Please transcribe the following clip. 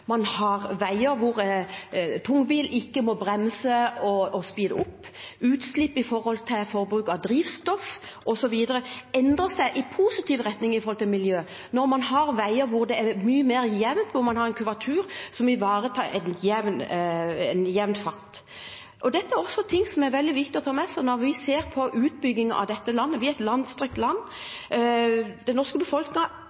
veier hvor tunge biler ikke må bremse og speede opp, utslipp i forhold til forbruk av drivstoff osv. Det endrer seg i positiv retning for miljøet når man har veier hvor det er mye mer jevnt, hvor man har en kurvatur som ivaretar en jevn fart. Dette er også ting som er veldig viktig å ta med seg når vi ser på utbygging av dette landet. Vi er et